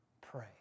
Pray